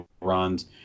runs